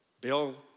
Bill